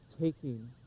taking